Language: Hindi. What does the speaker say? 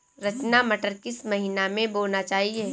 रचना मटर किस महीना में बोना चाहिए?